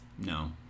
no